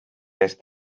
eest